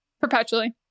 perpetually